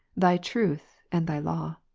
thy truth, and thy law.